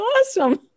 awesome